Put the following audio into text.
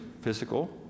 physical